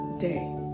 day